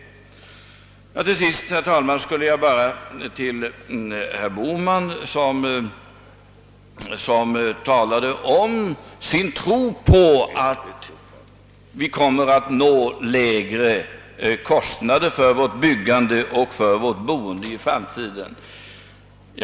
Till sist skulle jag, herr talman, vilja bemöta herr Bohman, som talade om sin tro på att vi kommer att uppnå lägre kostnader för vårt byggande och boende i framtiden.